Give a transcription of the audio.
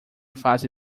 fase